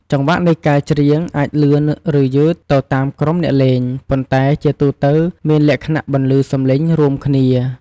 ចង្វាក់នៃការច្រៀងអាចលឿន ឬយឺតទៅតាមក្រុមអ្នកលេង ប៉ុន្តែជាទូទៅមានលក្ខណៈបន្លឺសំឡេងរួមគ្នា។